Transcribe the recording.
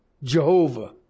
Jehovah